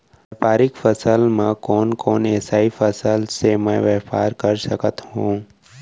व्यापारिक फसल म कोन कोन एसई फसल से मैं व्यापार कर सकत हो?